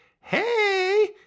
Hey